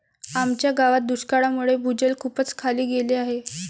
आमच्या गावात दुष्काळामुळे भूजल खूपच खाली गेले आहे